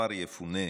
אל-אחמר יפונה.